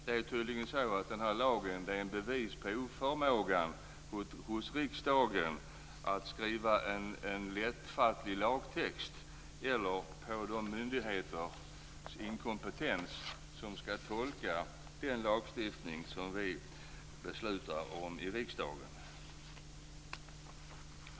Det är tydligen så att den här lagen är ett bevis på oförmågan hos riksdagen att skriva en lättfattlig lagtext eller på inkompetensen hos de myndigheter som skall tolka den lagstiftning som vi beslutar om i riksdagen.